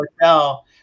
hotel